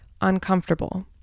uncomfortable